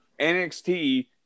NXT